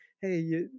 hey